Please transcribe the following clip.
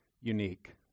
unique